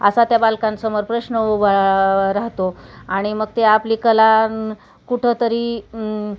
असा त्या बालकांसमोर प्रश्न राहतो आणि मग ते आपली कला कुठंंतरी